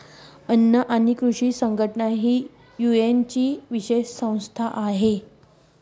अन्न आणि कृषी संघटना ही युएनची विशेष संस्था आहे